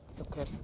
Okay